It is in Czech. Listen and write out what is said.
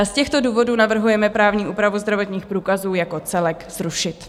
Z těchto důvodů navrhujeme právní úpravu zdravotních průkazů jako celek zrušit.